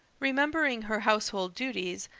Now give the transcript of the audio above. remembering her household duties,